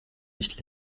nicht